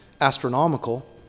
astronomical